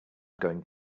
going